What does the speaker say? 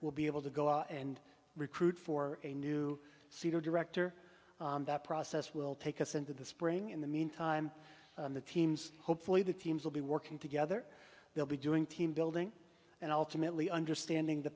we'll be able to go out and recruit for a new c e o director and that process will take us into the spring in the meantime the teams hopefully the teams will be working together they'll be doing team building and ultimately understanding the